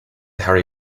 harry